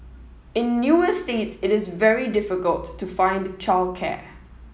in new estates it is very difficult to find childcare